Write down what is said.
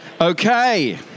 Okay